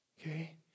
Okay